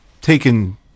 taken